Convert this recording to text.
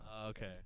Okay